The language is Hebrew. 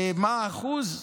מה האחוז?